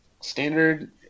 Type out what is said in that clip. standard